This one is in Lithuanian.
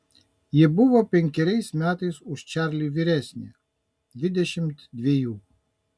ji buvo penkeriais metais už čarlį vyresnė dvidešimt dvejų